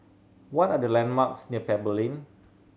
what are the landmarks near Pebble Lane